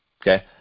okay